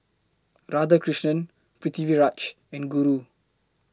Radhakrishnan Pritiviraj and Guru